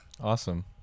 Awesome